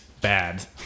bad